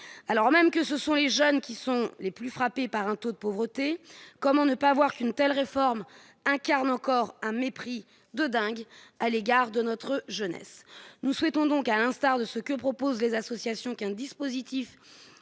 alors même que ce sont les jeunes qui sont les plus frappés par un taux de pauvreté, comment ne pas avoir qu'une telle réforme incarne encore un mépris de dingue à l'égard de notre jeunesse, nous souhaitons donc, à l'instar de ce que proposent les associations qu'un dispositif